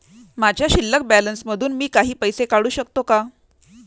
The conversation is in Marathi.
माझ्या शिल्लक बॅलन्स मधून मी काही पैसे काढू शकतो का?